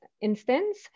instance